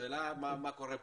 השאלה מה קורה פה?